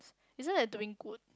isn't that doing good